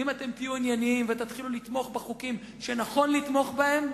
ואם אתם תהיו ענייניים ותתחילו לתמוך בחוקים שנכון לתמוך בהם,